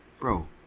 bro